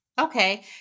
Okay